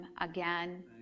again